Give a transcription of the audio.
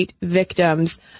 victims